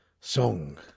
song